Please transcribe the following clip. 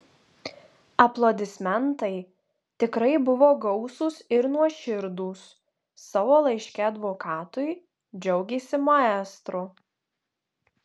aplodismentai tikrai buvo gausūs ir nuoširdūs savo laiške advokatui džiaugėsi maestro